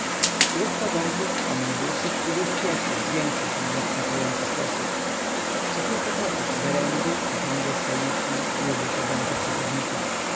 ruch powozów omnibusów i ludzi pieszych zwiększa się w zastraszający sposób cokilka kroków werendy okrągłe stoliki ludzie siedzący przy chodnikach